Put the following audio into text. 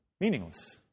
meaningless